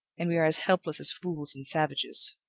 and we are as helpless as fools and savages.